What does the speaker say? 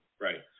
right